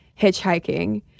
hitchhiking